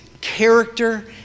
character